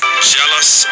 Jealous